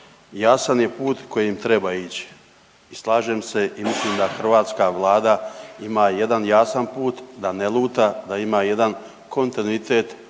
jasan je put kojim treba ići i slažem se i mislim da hrvatska Vlada ima jedan jasan put, da ne luta, da ima jedan kontinuitet,